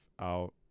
out